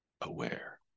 aware